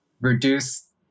reduce